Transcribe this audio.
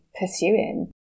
pursuing